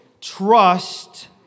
trust